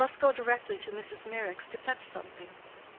i must go directly to mrs. meyrick's to fetch something.